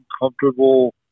uncomfortable